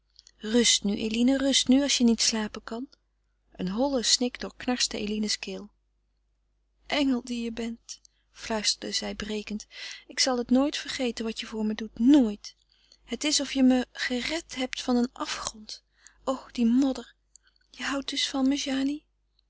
rust nu eline rust nu als je niet slapen kan een holle snik doorknarste eline's keel engel die je bent fluisterde zij brekend ik zal het nooit vergeten wat je voor me doet nooit het is of je me gered hebt van een afgrond o die modder je houdt dus van me